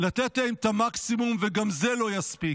לתת את המקסימום, וגם זה לא יספיק,